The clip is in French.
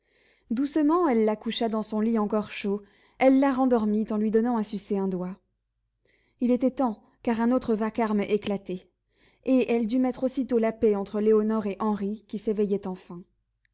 doucement elle la coucha dans son lit encore chaud elle la rendormit en lui donnant à sucer un doigt il était temps car un autre vacarme éclatait et elle dut mettre aussitôt la paix entre lénore et henri qui s'éveillaient enfin